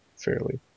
fairly